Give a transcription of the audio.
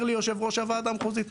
אומר לי יושב ראש הוועדה המחוזית,